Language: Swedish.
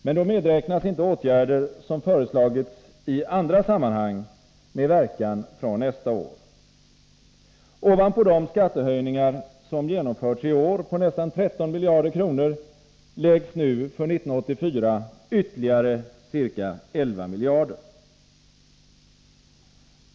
Men då medräknas inte åtgärder som föreslagits i andra sammanhang med verkan från nästa år. Ovanpå de skattehöjningar som genomförts i år på nästan 13 miljarder kronor läggs nu för 1984 ytterligare ca 11 miljarder.